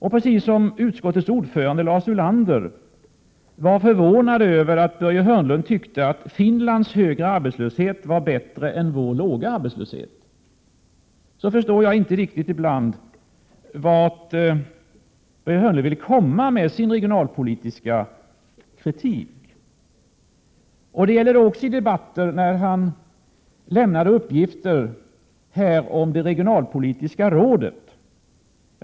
På samma sätt som utskottets ordförande Lars Ulander var förvånad över att Börje Hörnlund tyckte att Finlands högre arbetslöshet var bättre än vår bid låga arbetslöshet, så förstår jag ibland inte riktigt vart Börje Hörnlund vill komma med sin regionalpolitiska kritik. Jag förstår inte heller vart Börje Hörnlund ville komma när han i debatten lämnade uppgifter om det regionalpolitiska rådet.